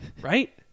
right